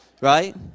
right